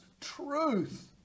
truth